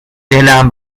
دلم